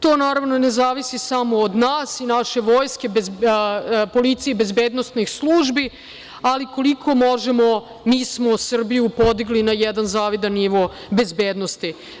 To naravno ne zavisi samo od nas i naše Vojske, policije i bezbednosnih službi, ali koliko možemo, mi smo Srbiju podigli na jedan zavidan nivo bezbednosti.